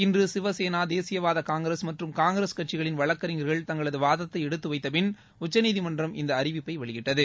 இன்று சிவசேனா தேசியவாத காங்கிரஸ் மற்றும் காங்கிரஸ் கட்சிகளின் வழக்கறிஞர்கள் தங்களது வாதத்தை எடுத்துவைத்தபின் உச்சநீதிமன்றம் இந்த அறிவிப்பை வெளியிட்டது